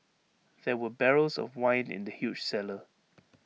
there were barrels of wine in the huge cellar